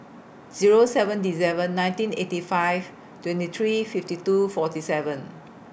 Zero seven December nineteen eighty five twenty three fifty two forty seven